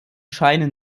scheine